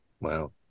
Wow